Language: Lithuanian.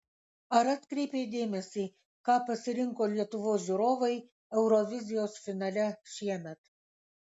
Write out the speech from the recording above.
ar atkreipei dėmesį ką pasirinko lietuvos žiūrovai eurovizijos finale šiemet